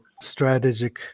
strategic